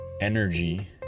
energy